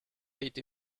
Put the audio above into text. été